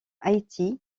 haïti